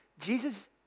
Jesus